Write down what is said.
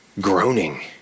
groaning